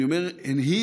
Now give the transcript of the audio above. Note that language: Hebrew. אני אומר "הנהיג",